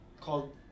called